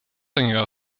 einiger